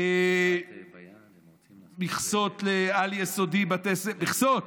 מכסות לעל-יסודי, מכסות,